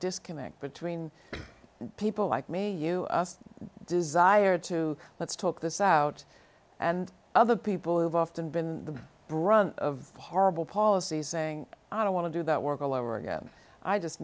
disconnect between people like me you desire to let's talk this out and other people have often been the brunt of horrible policies saying i don't want to do that work all over again i just